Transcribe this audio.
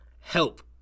help